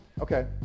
Okay